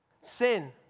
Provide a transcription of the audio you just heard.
sin